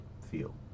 feel